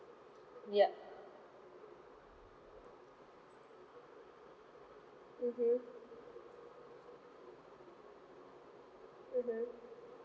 yup mmhmm